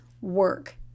work